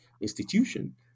institution